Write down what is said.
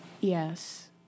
Yes